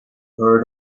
heard